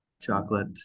chocolate